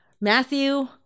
Matthew